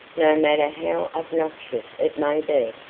no matter how obnoxious it may be,